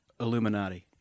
Illuminati